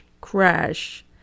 crash